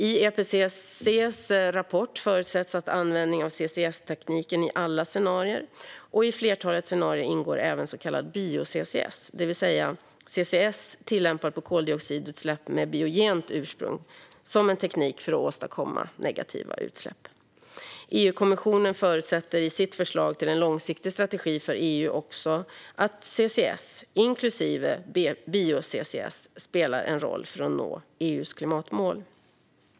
I IPCC:s rapport förutsätts användning av CCS-tekniken i alla scenarier, och i flertalet scenarier ingår även så kallad bio-CCS, det vill säga CCS tillämpad på koldioxidutsläpp med biogent ursprung, som en teknik för att åstadkomma negativa utsläpp. EU-kommissionen förutsätter i sitt förslag till en långsiktig klimatstrategi för EU också att CCS, inklusive bio-CCS, spelar en roll för att nå EU:s klimatmål.